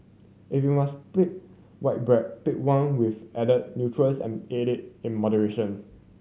if you must pick white bread pick one with added nutrients and eat it in moderation